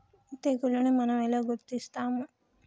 తెగులుని మనం ఎలా గుర్తిస్తాము?